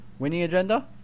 winningagenda